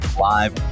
live